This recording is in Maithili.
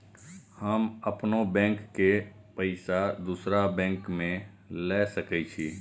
हम अपनों बैंक के पैसा दुसरा बैंक में ले सके छी?